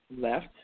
left